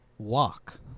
Walk